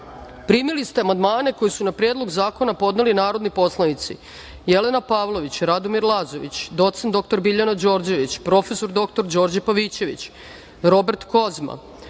Primili ste amandmane koje su na Predlog zakona podneli narodni poslanici: Jelena Pavlović, Radomir Lazović, doc. dr Biljana Đorđević, prof. dr Đorđe Pavićević, Robert Kozma,